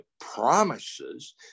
promises